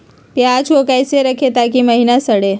प्याज को कैसे रखे ताकि महिना सड़े?